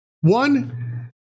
One